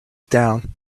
down